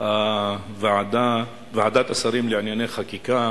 ועדת השרים לענייני חקיקה